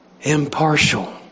Impartial